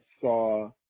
saw